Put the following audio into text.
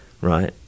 right